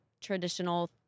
traditional